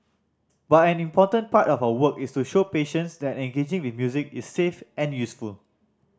but an important part of our work is to show patients that engaging with music is safe and useful